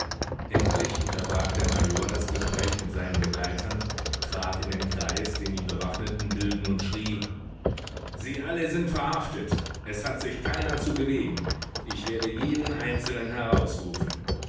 endlich unterbrach der major das gespräch mit seinen begleitern trat in den kreis den die bewaffneten bildeten und schrie sie alle sind verhaftet es hat sich keiner zu bewegen ich werde jeden einzeln herausrufen